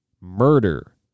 murder